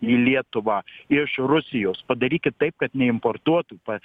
į lietuvą iš rusijos padarykit taip kad neimportuotų pats